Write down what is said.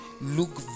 look